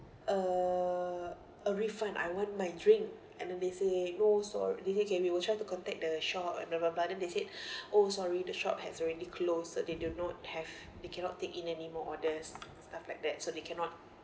a a refund I want my drink and then they say no sor~ okay okay we will try to contact the shop blah blah blah but then they say oh sorry the shop has already close so they do not have they cannot take in anymore orders like that so they cannot